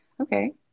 Okay